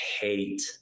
hate